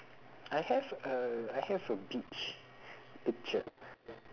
I have a I have a beach picture